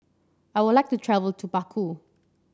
I would like to travel to Baku